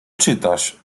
czytasz